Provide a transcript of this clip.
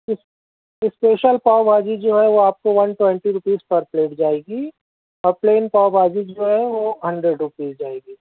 اِس اسپیشل پاؤ بھاجی جو ہے وہ آپ کو one twenty rupees per plate جائے گی اور پلین پاؤ بھاجی جو ہے وہ ہندریڈ روپیز جائے گی